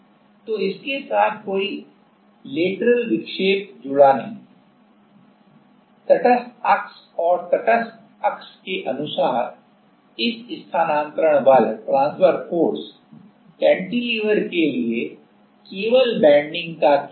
तो इसके साथ कोई लेटरल विक्षेप जुड़ा नहीं है तटस्थ अक्ष और तटस्थ अक्ष के अनुसार इस स्थानान्तरण बल कैंटिलीवर के लिए शुद्ध बेन्डिंग का केस है